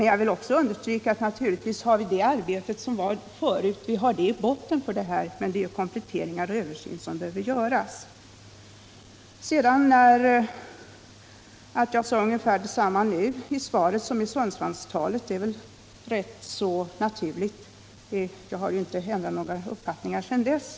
Jag vill emellertid understryka att vi har det arbete som utförts tidigare i botten — det är kompletteringar och översyn som behöver göras. Att jag sade ungefär detsamma nu i svaret som i Sundsvallstalet är väl rätt naturligt — jag har ju inte ändrat några uppfattningar sedan dess.